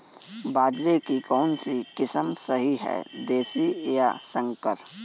बाजरे की कौनसी किस्म सही हैं देशी या संकर?